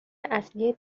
اصلی